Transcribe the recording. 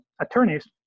attorneys